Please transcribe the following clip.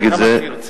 אני אומר,